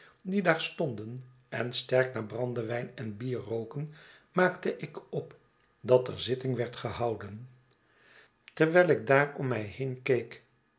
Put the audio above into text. die daar stonden en sterk naar brandewijn en bier roken maakte ik op dat er zitting werd gehouden terwijl ik daar om mij heen